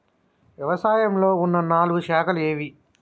వ్యవసాయంలో ఉన్న నాలుగు శాఖలు ఏవి?